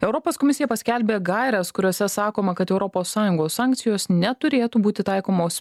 europos komisija paskelbė gaires kuriose sakoma kad europos sąjungos sankcijos neturėtų būti taikomos